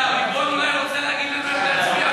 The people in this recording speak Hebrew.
ההצעה להעביר את הנושא לוועדת הפנים והגנת הסביבה